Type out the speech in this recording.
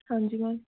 ਹਾਂਜੀ ਮੈਮ